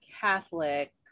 Catholic